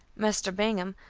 mr. bingham,